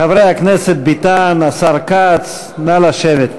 חבר הכנסת ביטן, השר כץ, נא לשבת.